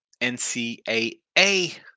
ncaa